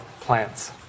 plants